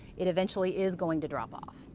it eventually is going to drop off.